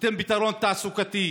שתיתן פתרון תעסוקתי,